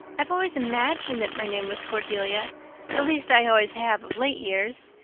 i've always imagined that my name was cordelia at least, i always have of late years.